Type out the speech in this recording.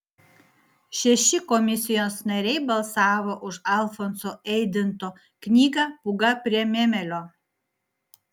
šeši komisijos nariai balsavo už alfonso eidinto knygą pūga prie memelio